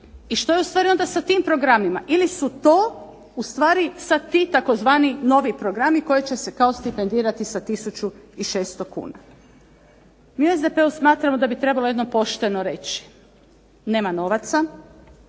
I što je ustvari onda sa tim programima, ili su to ustvari sad ti tzv. novi programi koji će se kao stipendirati sa 1600 kuna. Mi u SDP-u smatramo da bi trebalo jednom pošteno reći nema novaca,